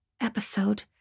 episode